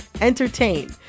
entertain